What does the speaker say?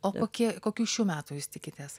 o kokie kokių šių metų jūs tikitės